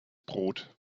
brot